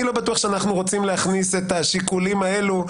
אני לא בטוח שאנחנו רוצים להכניס את השיקולים האלו.